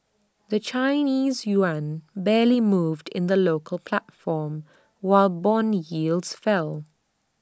the Chinese Yuan barely moved in the local platform while Bond yields fell